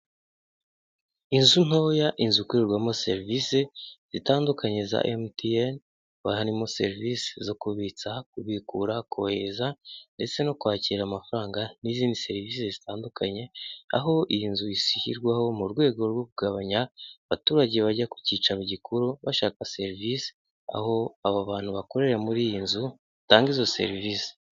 Inzu ntoya, inzu ikorerwamo serivisi zitandukanye za MTN haba harimo serivisi zo kubitsa, kubikura kohereza ndetse no kwakira amafaranga n'izindi serivisi zitandukanye aho iyi nzu ishyirwaho mu rwego rwo kugabanya abaturage bajya ku cyicaro gikuru bashaka serivisi aho aba bantu bakorera muri iyi nzu batanga izo serivisi.